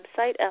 website